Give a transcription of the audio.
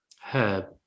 Herb